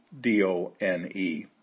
D-O-N-E